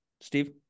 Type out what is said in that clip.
Steve